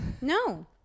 No